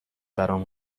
برام